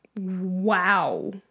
Wow